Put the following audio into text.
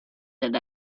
that